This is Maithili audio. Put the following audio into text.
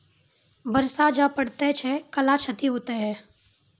बरसा जा पढ़ते थे कला क्षति हेतै है?